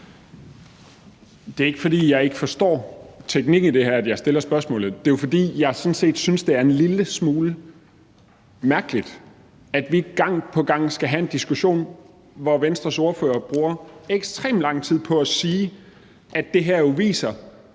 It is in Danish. Det er ikke, fordi jeg ikke forstår teknikken i det her, jeg stiller spørgsmålet. Det er jo, fordi jeg sådan set synes, det er en lille smule mærkeligt, at vi gang på gang skal have en diskussion, hvor Venstres ordfører bruger ekstremt lang tid på at sige, at det her viser,